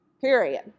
period